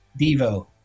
Devo